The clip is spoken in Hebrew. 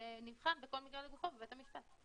שנבחן כל מקרה לגופו בבית המשפט.